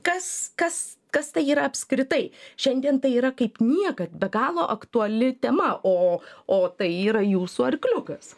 kas kas kas tai yra apskritai šiandien tai yra kaip niekad be galo aktuali tema o o tai yra jūsų arkliukas